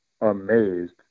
amazed